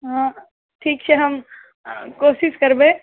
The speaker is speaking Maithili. हाँ ठीक छै हम कोशिश करबै